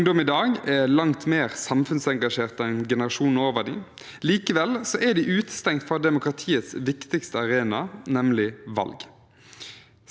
16-åringers stemmerett ville hatt mange positive virkninger. Det ville kunne føre til økt valgdeltakelse og flere unge i kommunestyrene.